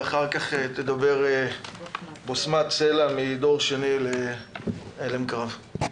ואחר כך תדבר בשמת סלע מדור שני להלם קרב.